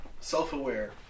Self-aware